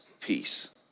peace